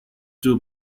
two